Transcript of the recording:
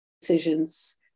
decisions